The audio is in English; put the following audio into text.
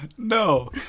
No